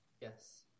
Yes